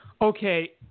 Okay